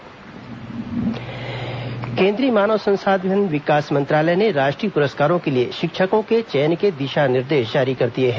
शिक्षक राष्ट्रीय पुरस्कार केंद्रीय मानव संसाधन विकास मंत्रालय ने राष्ट्रीय प्रस्कारों के लिए शिक्षकों के चयन के दिशा निर्देश जारी कर दिए हैं